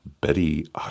Betty